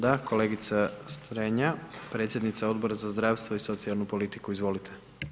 Da, kolega Strenja, predsjednica Odbora za zdravstvo i socijalnu politiku, izvolite.